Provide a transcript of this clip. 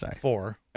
four